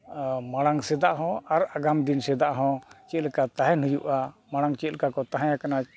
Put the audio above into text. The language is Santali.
ᱢᱟᱲᱟᱝ ᱫᱤᱱ ᱥᱮᱫᱟ ᱦᱚᱸ ᱟᱨ ᱟᱜᱟᱢ ᱫᱤᱱ ᱥᱮᱫᱟᱜ ᱦᱚᱸ ᱪᱮᱫ ᱞᱮᱠᱟ ᱛᱟᱦᱮᱱ ᱦᱩᱭᱩᱜᱼᱟ ᱢᱟᱲᱟᱝ ᱪᱮᱫᱠᱟ ᱠᱚ ᱛᱟᱦᱮᱸ ᱠᱟᱱᱟ